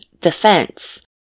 defense